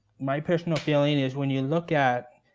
my personal feeling is when you look at